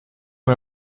mon